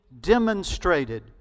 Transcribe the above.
demonstrated